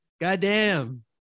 goddamn